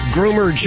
Groomer